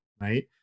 right